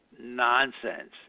nonsense